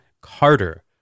Carter